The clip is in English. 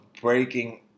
breaking